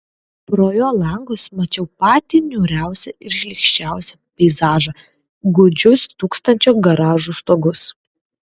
pro jo langus mačiau patį niūriausią ir šlykščiausią peizažą gūdžius tūkstančio garažų stogus